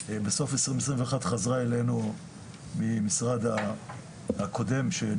בסוף 2021 חזרה אלינו ממשרד הקודם.